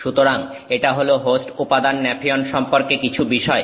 সুতরাং এটা হল হোস্ট উপাদান ন্যাফিয়ন সম্পর্কে কিছু বিষয়